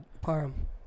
Parham